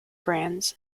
brands